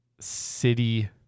city